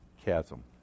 chasm